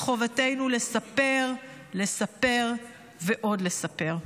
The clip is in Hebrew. מחובתנו לספר, לספר ועוד לספר.